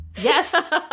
Yes